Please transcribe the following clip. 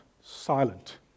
silent